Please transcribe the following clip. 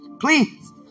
please